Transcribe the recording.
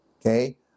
Okay